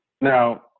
Now